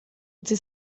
utzi